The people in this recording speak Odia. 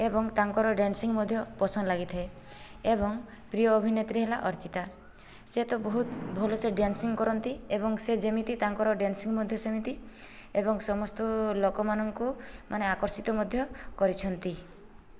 ଏବଂ ତାଙ୍କର ଡ୍ୟାନ୍ସିଂ ମଧ୍ୟ ପସନ୍ଦ ଲାଗିଥାଏ ଏବଂ ପ୍ରିୟ ଅଭିନେତ୍ରୀ ହେଲା ଅର୍ଚ୍ଚିତା ସେ ତ ବହୁତ ଭଲ ସେ ଡ୍ୟାନ୍ସିଂ କରନ୍ତି ଏବଂ ସେ ଯେମିତି ତାଙ୍କର ଡ୍ୟାନ୍ସିଂ ମଧ୍ୟ ସେମିତି ଏବଂ ସମସ୍ତ ଲୋକମାନଙ୍କୁ ମାନେ ଆକର୍ଷିତ ମଧ୍ୟ କରିଛନ୍ତି